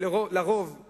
שלרובם